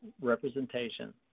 representation